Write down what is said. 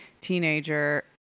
teenager